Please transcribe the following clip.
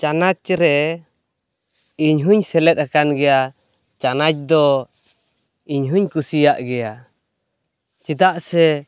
ᱪᱟᱱᱟᱪ ᱨᱮ ᱤᱧ ᱦᱚᱸᱧ ᱥᱮᱞᱮᱫ ᱟᱠᱟᱱ ᱜᱮᱭᱟ ᱪᱟᱱᱟᱪ ᱫᱚ ᱤᱧ ᱦᱚᱸᱧ ᱠᱩᱥᱤᱭᱟᱜ ᱜᱮᱭᱟ ᱪᱮᱫᱟᱜ ᱥᱮ